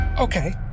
Okay